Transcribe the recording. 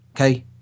okay